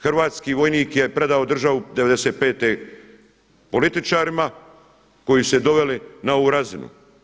Hrvatski vojnik je predao državu '95. političarima koji su je doveli na ovu razinu.